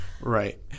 right